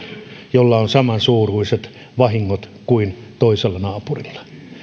jos on samansuuruiset vahingot kuin toisella naapurilla